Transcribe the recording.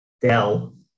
dell